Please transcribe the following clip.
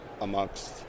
amongst